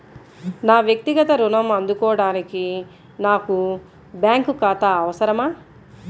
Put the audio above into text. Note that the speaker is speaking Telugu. నా వక్తిగత ఋణం అందుకోడానికి నాకు బ్యాంక్ ఖాతా అవసరమా?